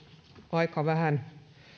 aika vähän